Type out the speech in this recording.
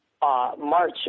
March